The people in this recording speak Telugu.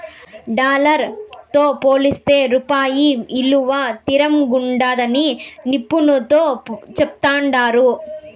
డాలర్ తో పోలిస్తే రూపాయి ఇలువ తిరంగుండాదని నిపునులు చెప్తాండారు